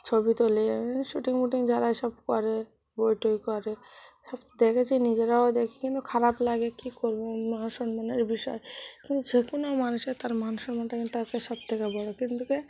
ছবি তুলে শ্যুটিং উটিং যারা এ সব করে বই টই করে সব দেখেছি নিজেরাও দেখি কিন্তু খারাপ লাগে কী করব মান সম্মানের বিষয় কিন্তু যে কোনো মানুষের তার মান সম্মানটা কিন্তু তার কাছে সবথেকে বড় কিন্তু কি